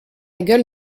gueule